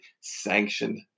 sanctioned